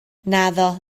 naddo